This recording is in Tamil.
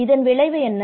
இதன் விளைவு என்ன